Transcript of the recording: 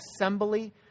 assembly